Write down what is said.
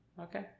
Okay